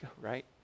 right